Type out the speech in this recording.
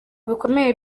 bikomeye